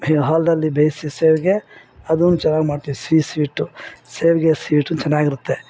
ಹಾಲ್ನಲ್ಲಿ ಬೇಯಿಸಿ ಶಾವ್ಗೆ ಅದೊಂದು ಚೆನ್ನಾಗ್ ಮಾಡ್ತೀವಿ ಸಿಹಿ ಸ್ವೀಟು ಶಾವ್ಗೆ ಸ್ವೀಟು ಚೆನ್ನಾಗಿರುತ್ತೆ